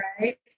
right